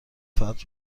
فرد